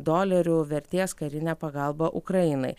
dolerių vertės karinę pagalbą ukrainai